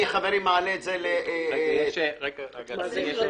חברים, אני מעלה את זה --- אדוני, יש תוספת.